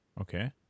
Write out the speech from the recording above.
Okay